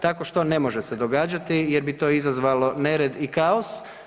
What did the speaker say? Tako što ne može se događati jer bi to izazvalo nered i kaos.